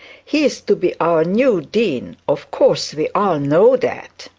he is to be our new dean of course we all know that